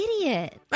idiot